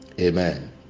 amen